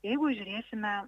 jeigu žiūrėsime